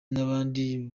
n’abandi